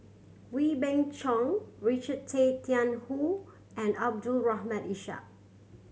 Wee Beng Chong Richard Tay Tian Hoe and Abdul Rahim Ishak